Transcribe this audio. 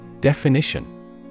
Definition